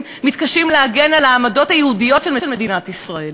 מתקשים להגן על העמדות היהודיות של מדינת ישראל,